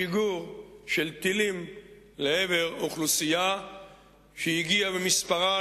שיגור של טילים לעבר אוכלוסייה שהגיעה במספרה